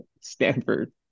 Stanford